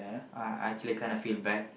uh I actually kinda feel bad